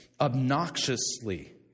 obnoxiously